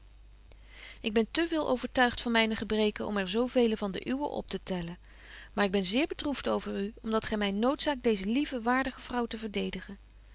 ik ben te veel overtuigt van myne gebreken om er zo vele van de uwen optetellen maar ik ben zeer bedroeft over u om dat gy my noodzaakt deeze lieve waardige vrouw te verdedigen